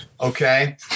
Okay